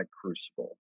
crucible